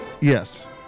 Yes